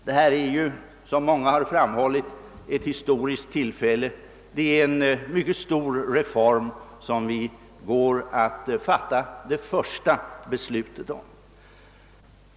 Detta är, som många framhållit, ett historiskt tillfälle; det är en mycket stor reform om vilken vi går att fatta det första beslutet.